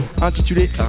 intitulé